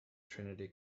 trinity